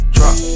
Drop